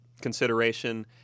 consideration